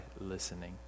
listening